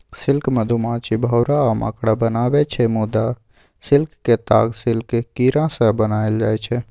silk मधुमाछी, भौरा आ मकड़ा बनाबै छै मुदा सिल्कक ताग सिल्क कीरासँ बनाएल जाइ छै